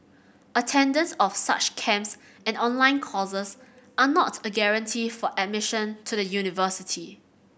attendance of such camps and online courses are not a guarantee for admission to the university